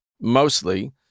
mostly